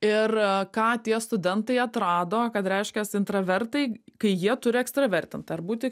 ir ką tie studentai atrado kad reiškias intravertai kai jie turi ekstravertint ar būti